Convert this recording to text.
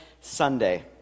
Sunday